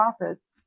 profits